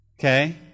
Okay